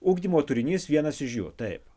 ugdymo turinys vienas iš jų taip